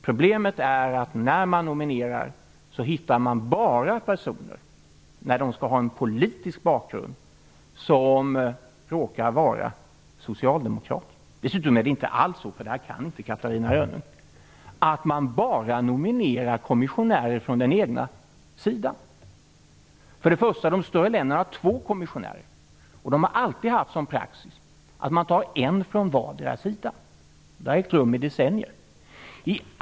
Problemet är att när man nominerar personer som skall ha en politisk bakgrund hittar man bara personer som råkar vara socialdemokrater. Det är inte alls så att - det här kan inte Catarina Rönnung - man bara nominerar kommissionärer från den egna sidan. Först och främst har de större länderna två kommissionärer. Man har alltid haft som praxis att ta en kommissionär från vardera sidan. Så har man gjort i decennier.